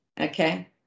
okay